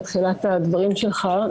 בתחילת הדברים שלך,